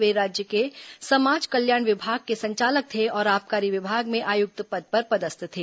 वे राज्य के समाज कल्याण विभाग के संचालक थे और आबकारी विभाग में आयुक्त पद पर पदस्थ थे